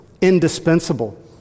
indispensable